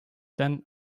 then